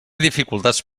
dificultats